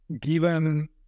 Given